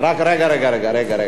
רגע, רגע, רגע.